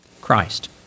Christ